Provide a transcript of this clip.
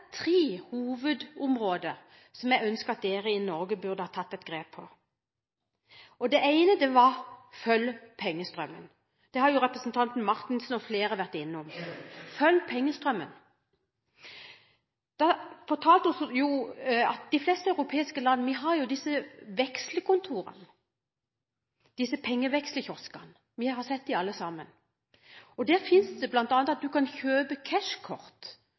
tre hovedområder som hun ønsket at vi i Norge burde tatt et grep om. Det ene var å følge pengestrømmen – det har representanten Marthinsen og flere vært innom: å følge pengestrømmen. Hun fortalte oss at de fleste europeiske land har disse vekslekontorene, disse pengevekslekioskene. Vi har sett dem alle sammen. Der kan en bl.a. kjøpe cash-kort, bit-kort. En kan gå inn og levere penger, og så får en ut et kort som senere kan